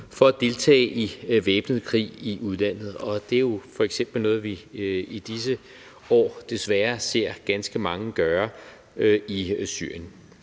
for at deltage i væbnet krig i udlandet, og det er f.eks. noget, vi i disse år desværre ser ganske mange gøre i Syrien.